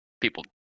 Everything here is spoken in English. people